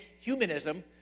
humanism